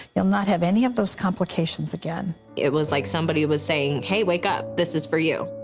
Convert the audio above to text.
will not have any of those complications again. it was like somebody was saying, hey, wake up. this is for you.